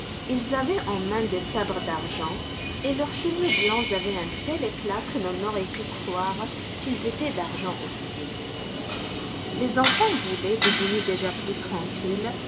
ils avaient en main des sabres d'argent et leurs chevaux blancs avaient un tel éclat que l'on aurait pu croire qu'ils étaient d'argent aussi les enfants voulaient devenus déjà plus tranquilles